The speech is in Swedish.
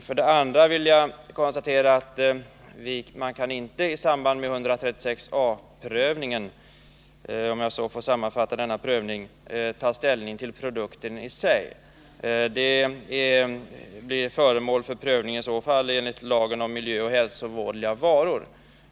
För det andra kan man inte med prövning enligt 136 a §, om jag så får sammanfatta denna prövning, ta ställning till produkten i sig. Sådan prövning sker enligt lagen om miljöoch hälsovådliga varor.